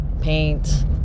paint